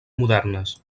modernes